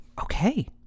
okay